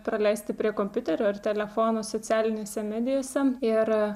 praleisti prie kompiuterio ar telefono socialinėse medijose ir